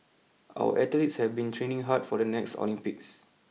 our athletes have been training hard for the next Olympics